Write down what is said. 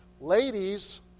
Ladies